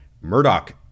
Murdoch